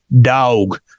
Dog